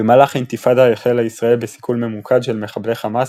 במהלך האינתיפאדה החלה ישראל בסיכול ממוקד של מחבלי חמאס